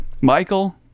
michael